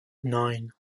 nine